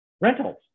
rentals